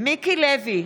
מיקי לוי,